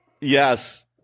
Yes